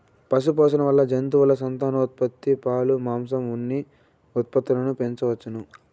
పశుపోషణ వల్ల జంతువుల సంతానోత్పత్తి, పాలు, మాంసం, ఉన్ని ఉత్పత్తులను పెంచవచ్చును